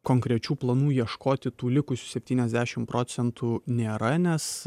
konkrečių planų ieškoti tų likusių septyniasdešimt procentų nėra nes